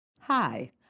Hi